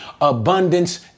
abundance